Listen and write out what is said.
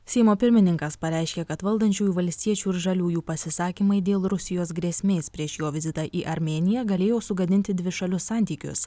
seimo pirmininkas pareiškė kad valdančiųjų valstiečių ir žaliųjų pasisakymai dėl rusijos grėsmės prieš jo vizitą į armėniją galėjo sugadinti dvišalius santykius